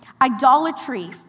idolatry